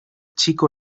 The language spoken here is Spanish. chico